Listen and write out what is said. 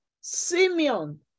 Simeon